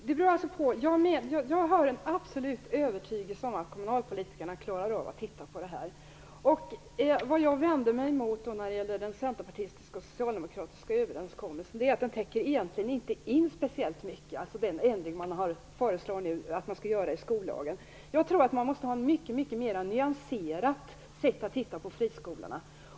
Herr talman! Jag har en absolut övertygelse om att kommunalpolitikerna klarar av att bedöma det här. Vad jag vände mig emot när det gäller överenskommelsen mellan Socialdemokraterna och Centerpartiet är att den ändring de föreslår att man skall göra i skollagen inte täcker in speciellt mycket. Jag tycker man måste ha ett mycket mera nyanserat sätt att se på friskolorna.